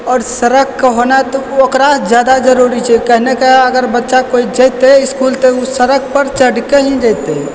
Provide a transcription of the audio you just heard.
आओर सड़क के होनाइ तऽ ओकरा तऽ जायदा जरूरी छै कहनाइ के अगर बच्चा कोइ जइतै इसकुल ओ सड़क पर चढ़ि कऽ ही जइतै